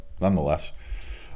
nonetheless